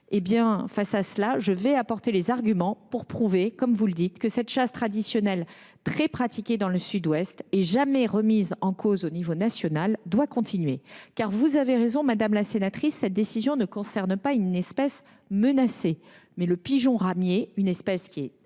face à cela, je vais avancer les arguments pour prouver, comme vous le dites, que cette chasse traditionnelle très pratiquée dans le Sud Ouest, et jamais remise en cause sur le plan national, doit perdurer. Car vous avez raison, madame la sénatrice : cette décision concerne non pas une espèce menacée, mais le pigeon ramier, une espèce qui est